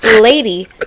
lady